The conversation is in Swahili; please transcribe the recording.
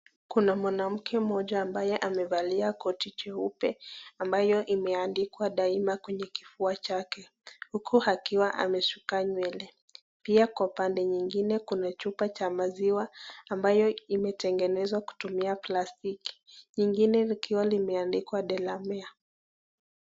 Kuna mwanamke mmoja ambaye amevalia koti jeupe ambayo imeandikwa daima kwenye kifua chake. Huku akiwa ameshuka nywele. Pia Kwa upande mwingine Kuna chupa cha maziwa ambayo imetengenezwa kutumia plastiki ingine likiwa limeandikwa delamere